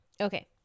Okay